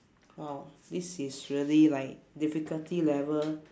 !wow! this is really like difficulty level